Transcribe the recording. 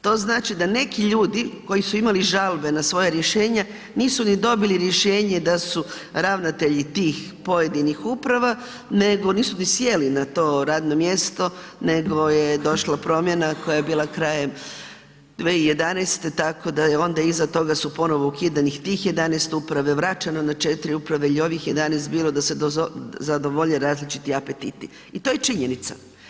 To znači da neki ljudi koji su imali žalbe na svoja rješenja, nisu ni dobili rješenje da su ravnatelji tih pojedinih uprava nego ni sjeli na to radno mjesto nego je došla promjena koja je bila krajem 2011. tako da onda iza toga su ponovno ukidani tih 11 uprava i vraćeno na 4 uprave jer je ovih 11 bilo da se zadovolje različiti apetiti i to je činjenica.